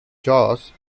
jaws